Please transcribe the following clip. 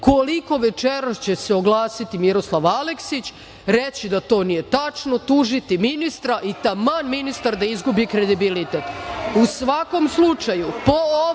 koliko večeras će se oglasiti Miroslav Aleksić, reći da to nije tačno, tužiti ministra i taman ministar da izgubi kredibilitet.U